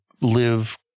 live